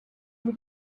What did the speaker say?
with